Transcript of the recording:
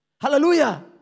Hallelujah